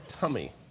tummy